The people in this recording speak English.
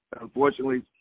unfortunately